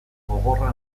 gogorra